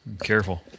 careful